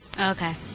Okay